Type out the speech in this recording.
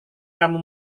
kamu